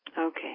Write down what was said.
Okay